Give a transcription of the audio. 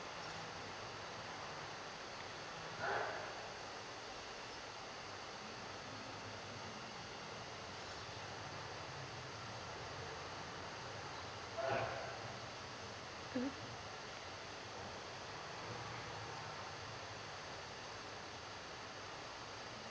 mm